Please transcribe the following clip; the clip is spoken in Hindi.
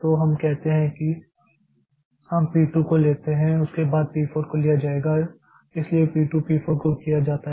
तो हम कहते हैं कि हम P 2 को लेते हैं उसके बाद P 4 को लिया जाता है इसलिए P 2 P 4 को किया जाता है